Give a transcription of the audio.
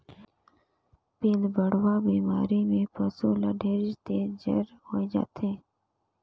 पिलबढ़वा बेमारी में पसु ल ढेरेच तेज जर होय जाथे